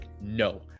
no